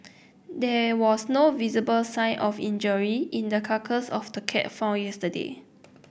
there was no visible sign of injury in the carcass of the cat found yesterday